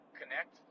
connect